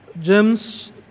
James